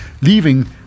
leaving